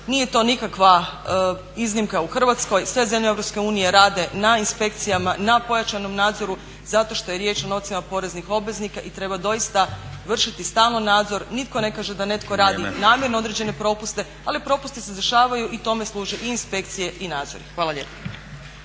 Nije to nikakva iznimka u Hrvatskoj, sve zemlje EU rade na inspekcijama, na pojačanom nadzoru zato što je riječ o novcima poreznih obveznika i treba doista vršiti stalno nadzor. Nitko ne kaže da netko radi namjerno određene propuste ali propusti se dešavaju i tome služe i inspekcije i nadzori. Hvala lijepa.